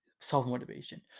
self-motivation